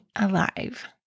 alive